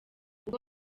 ubwo